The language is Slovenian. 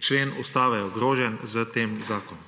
člen ustave je ogrožen s tem zakonom.